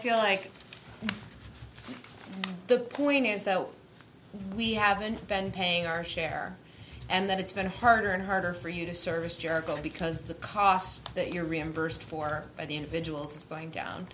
feel like the point is that we haven't been paying our share and that it's been harder and harder for you to service jericho because the cost that you're reimbursed for by the individuals is going down